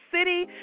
city